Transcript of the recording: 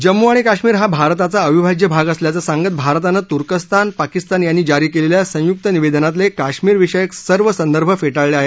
जम्मू आणि काश्मीर हा भारताचा अविभाज्य भाग असल्याचं सांगत भारतानं तुर्कस्तान पाकिस्तान यांनी जारी केलेल्या संय्क्त निवेदनातले काश्मीरविषयक सर्व संदर्भ फेटाळले आहेत